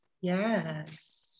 Yes